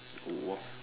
was